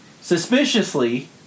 suspiciously